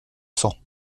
sang